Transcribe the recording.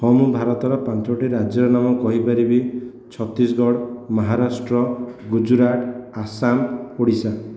ହଁ ମୁଁ ଭାରତର ପାଞ୍ଚୋଟି ରାଜ୍ୟର ନାମ କହିପାରିବି ଛତିଶଗଡ଼ ମହାରାଷ୍ଟ୍ର ଗୁଜୁରାଟ ଆସାମ ଓଡ଼ିଶା